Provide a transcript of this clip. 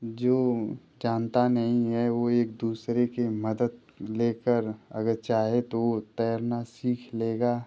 जो जानता नहीं है वो एक दूसरे के मदद लेकर अगर चाहे तो वो तैरना सीख लेगा